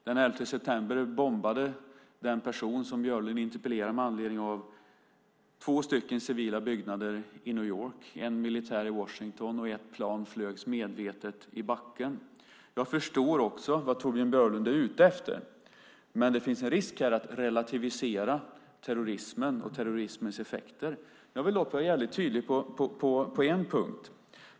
Den 11 september bombade den person som Björlund interpellerar om två civila byggnader i New York och en militär byggnad i Washington, och ett plan flögs medvetet i backen. Jag förstår också vad Torbjörn Björlund är ute efter, men det finns en risk här att relativisera terrorismen och terrorismens effekter. Jag vill dock vara väldigt tydligt på en punkt.